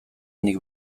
nik